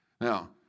Now